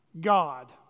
god